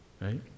right